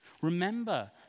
Remember